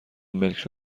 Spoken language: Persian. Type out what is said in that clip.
ملک